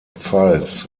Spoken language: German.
pfalz